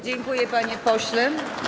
Dziękuję, panie pośle.